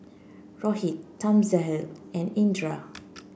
Rohit Thamizhavel and Indira